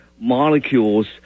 molecules